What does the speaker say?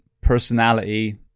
personality